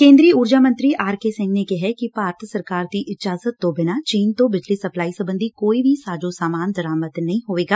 ਕੇਦਰੀ ਊਰਜਾ ਮੰਤਰੀ ਆਰ ਕੇ ਸੰਘ ਨੇ ਕਿਹੈ ਕਿ ਭਾਰਤ ਸਰਕਾਰ ਦੀ ਇਜਾਜ਼ਤ ਤੋ ਬਿਨਾ ਚੀਨ ਤੋ ਬਿਜਲੀ ਸਪਲਾਈ ਸਬੰਧੀ ਕੋਈ ਵੀ ਸਾਜੋ ਸਾਮਾਨ ਦਰਾਮਦ ਨਹੀ ਹੋਵੇਗਾ